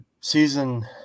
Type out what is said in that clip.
season